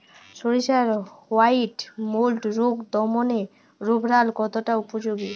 সরিষার white mould রোগ দমনে রোভরাল কতটা উপযোগী?